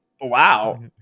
wow